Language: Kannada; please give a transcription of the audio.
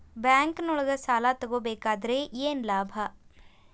ಬ್ಯಾಂಕ್ನೊಳಗ್ ಸಾಲ ತಗೊಬೇಕಾದ್ರೆ ಏನ್ ಲಾಭ?